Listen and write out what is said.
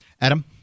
Adam